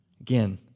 Again